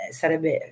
sarebbe